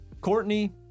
Courtney